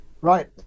Right